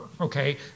okay